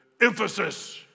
emphasis